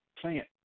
plant